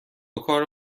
کار